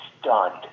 stunned